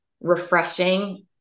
refreshing